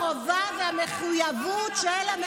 החברה מחויבת לטפל בבריאות אזרחיה,